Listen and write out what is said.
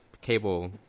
cable